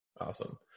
Awesome